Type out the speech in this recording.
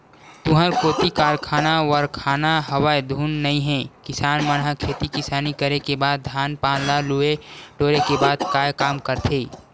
तुँहर कोती कारखाना वरखाना हवय धुन नइ हे किसान मन ह खेती किसानी करे के बाद धान पान ल लुए टोरे के बाद काय काम करथे?